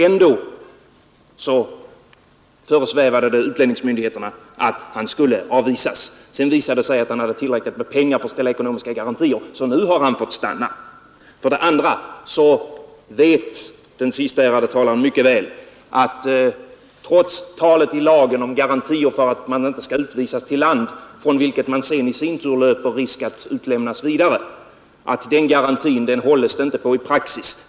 Ändå föresvävade det utlänningsmyndigheterna att han skulle avvisas. Sedan visade det sig att han hade tillräckligt med pengar för att kunna ställa ekonomiska garantier, så nu har han fått stanna. För det andra vet den senaste ärade talaren mycket väl att trots talet i lagen om garanti för att man inte skall utvisa till ett land, från vilket man sedan löper risk att utlämnas vidare, hålles det inte på den garantin i praxis.